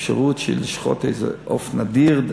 אפשרות לשחוט איזה עוף נדיר,